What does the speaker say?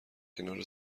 کنار